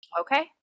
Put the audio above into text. okay